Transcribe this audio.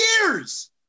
years